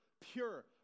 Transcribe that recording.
pure